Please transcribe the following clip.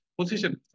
position